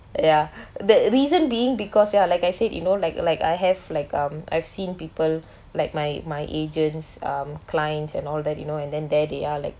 ya the reason being because ya like I said you know like like I have like um I've seen people like my my agents um client and all that you know and then there they are like